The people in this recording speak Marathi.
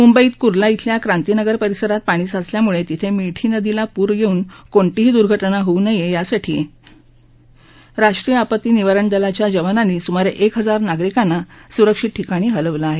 मुंबईतच कुर्ला इथल्या क्रांतीनगर परिसरात पाणी साचल्यामुळे तिथे मिठी नदीला पूर येऊन कोणतीही दुर्घटना होऊ नये यासाठी राष्ट्रीय आपत्ती निवारण दलाच्या जवानांनी सुमारे एक हजार नागरिकांना सुरक्षित ठिकाणी हलवलं आहे